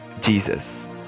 jesus